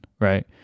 right